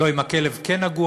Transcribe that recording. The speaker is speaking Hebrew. אם הכלב כן נגוע,